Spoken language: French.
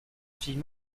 fille